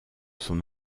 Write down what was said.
son